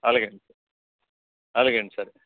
అలాగే అండి అలాగే అండి సరే